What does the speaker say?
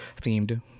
themed